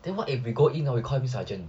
then what if we go in hor we call him sergeant